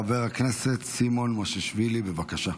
חבר הכנסת סימון מושיאשוילי, בבקשה,